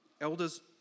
Elders